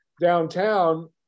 downtown